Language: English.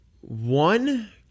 one